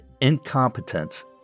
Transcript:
incompetence